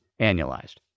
annualized